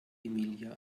emilia